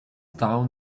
down